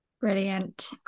brilliant